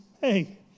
Hey